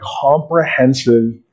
comprehensive